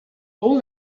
all